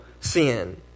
sin